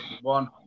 one